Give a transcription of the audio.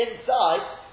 inside